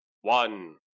one